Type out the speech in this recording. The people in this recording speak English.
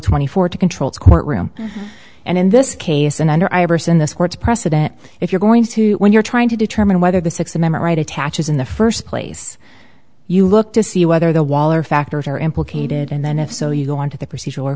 twenty four to control the courtroom and in this case and under iverson this court's precedent if you're going to when you're trying to determine whether the six remember right attaches in the first place you look to see whether the wall or factors are implicated and then if so you go on to the procedure